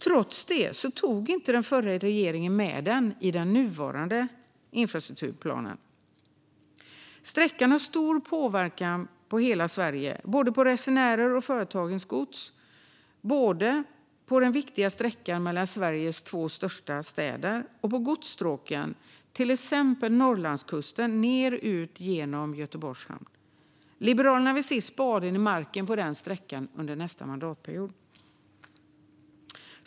Trots det tog den förra regeringen inte med den i den nuvarande infrastrukturplanen. Sträckan har stor påverkan på hela Sverige, både på resenärer och på företagens gods, både på den viktiga sträckan mellan Sveriges två största städer och till exempel på godsstråken ned längs Norrlandskusten och ut genom Göteborgs hamn. Liberalerna vill se spaden i marken på denna sträcka under nästa mandatperiod.